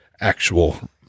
actual